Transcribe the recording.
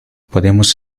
podemos